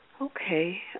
Okay